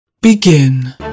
Begin